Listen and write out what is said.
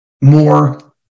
more